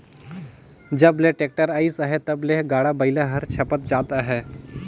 जब ले टेक्टर अइस अहे तब ले गाड़ा बइला हर छपत जात अहे